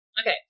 Okay